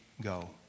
go